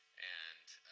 and